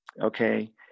Okay